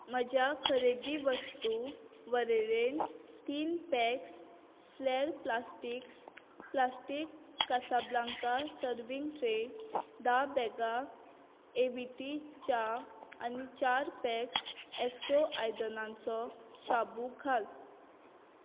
म्हज्या खरेदी वस्तू वळेरेंत तीन पॅक्स फ्लॅर plastics plastic Casablanca serving tray धा बॅगां ए वी टी च्या आनी चार पॅक्स एक्सो आयदनांचो शाबू घाल